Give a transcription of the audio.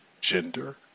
gender